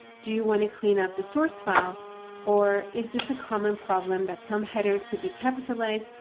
do you want to cleanup the source file or is this a common problem that some headers could be capitalized,